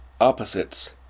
Opposites